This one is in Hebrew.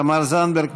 תמר זנדברג,